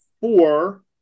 four